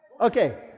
Okay